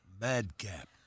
Madcap